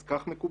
אז כך מקובל.